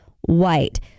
white